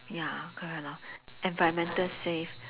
ya correct lor environmental safe